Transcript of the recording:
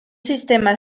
sistema